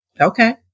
Okay